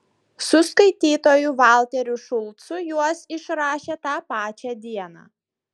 su skaitytoju valteriu šulcu juos išrašė tą pačią dieną